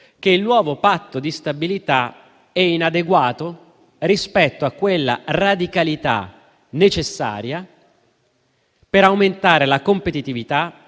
che il nuovo Patto di stabilità è inadeguato rispetto a quella radicalità necessaria per aumentare la competitività,